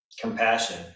compassion